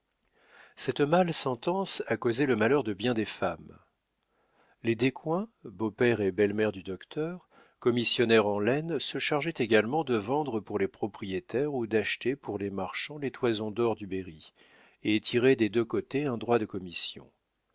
cette mâle sentence a causé le malheur de bien des femmes les descoings beau-père et belle-mère du docteur commissionnaires en laine se chargeaient également de vendre pour les propriétaires ou d'acheter pour les marchands les toisons d'or du berry et tiraient des deux côtés un droit de commission